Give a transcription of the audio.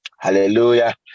Hallelujah